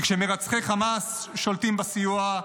כי כשמרצחי חמאס שולטים בסיוע,